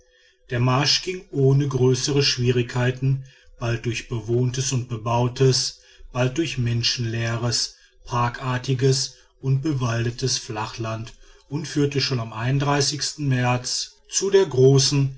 der marsch ging ohne größere schwierigkeiten bald durch bewohntes und bebautes bald durch menschenleeres parkartiges und bewaldetes flachland und führte schon am märz zu der großen